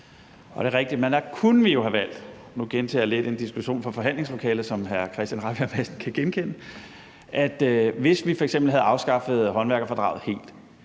Det er rigtigt, men der kunne vi jo have valgt – nu gentager jeg lidt en diskussion fra forhandlingslokalet, som hr. Christian Rabjerg Madsen kan genkende – f.eks. at afskaffe håndværkerfradraget helt,